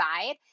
side